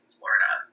Florida